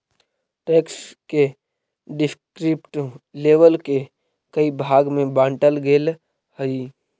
tax के descriptive label के कई भाग में बांटल गेल हई